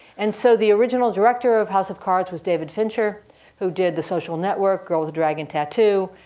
and so the original director of house of cards was david fincher who did the social network, girl with the dragon tattoo,